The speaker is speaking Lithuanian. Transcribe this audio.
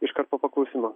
iškart po paklausimo